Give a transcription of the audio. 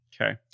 Okay